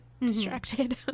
distracted